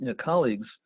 colleagues